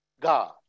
God